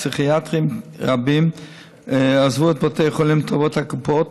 פסיכיאטרים רבים עזבו את בתי החולים לטובת הקופות,